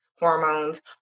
Hormones